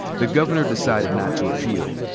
the governor decided not to appeal,